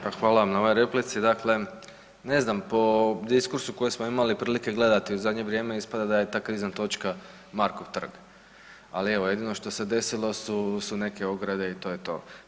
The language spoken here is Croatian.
Pa hvala vam na ovoj replici, dakle, ne znam, po diskursu koji smo imali prilike gledati u zadnje vrijeme, ispada da je ta krizna točka Markov trg, ali evo, jedino što se desilo su neke ograde i to je to.